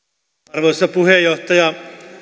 arvoisa puheenjohtaja